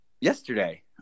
yesterday